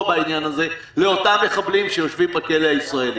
בעניין הזה לאותם מחבלים שיושבים בכלא הישראלי,